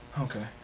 Okay